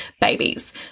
babies